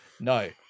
No